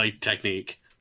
technique